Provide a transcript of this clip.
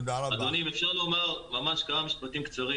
אדוני, אם אפשר לומר כמה משפטים קצרים.